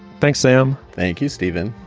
thanks, sam. thank you, steven.